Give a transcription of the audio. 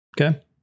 Okay